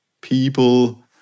people